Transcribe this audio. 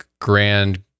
grand